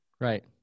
Right